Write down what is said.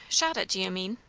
shot it, do you mean?